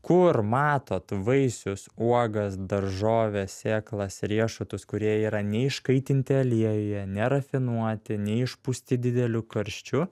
kur matot vaisius uogas daržoves sėklas riešutus kurie yra neiškaitinti aliejuje nerafinuoti neišpūsti dideliu karščiu